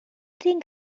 think